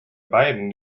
beiden